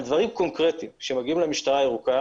דברים קונקרטיים שמגיעים למשטרה הירוקה